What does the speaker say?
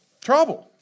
trouble